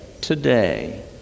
today